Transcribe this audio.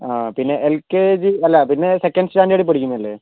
അതെ പിന്നെ എൽകെജി അല്ല പിന്നെ സെക്കൻഡ് സ്റ്റാൻഡേർഡിൽ പഠിക്കുന്ന അല്ലേ